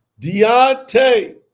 Deontay